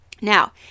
Now